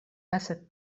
esat